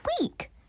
week